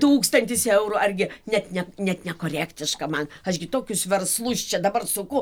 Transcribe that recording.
tūkstantis eurų argi net ne net nekorektiška man aš gi tokius verslus čia dabar suku